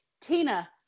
Tina